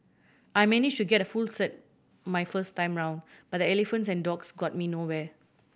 I manage to get a full cert my first time round but the elephants and dogs got me nowhere